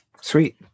Sweet